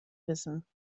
wissen